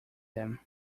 them